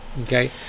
Okay